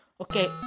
okay